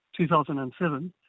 2007